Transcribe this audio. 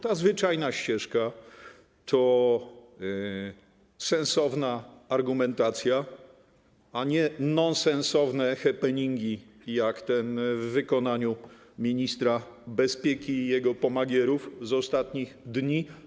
Ta zwyczajna ścieżka to sensowna argumentacja, a nie nonsensowne happeningi, jak ten w wykonaniu ministra bezpieki i jego pomagierów z ostatnich dni.